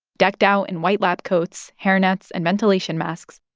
decked out in white lab coats, hair nets and ventilation masks,